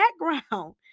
background